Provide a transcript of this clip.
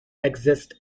exists